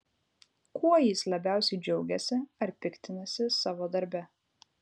kuo jis labiausiai džiaugiasi ar piktinasi savo darbe